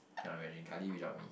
cannot imagine kylie without me